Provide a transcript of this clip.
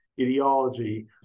ideology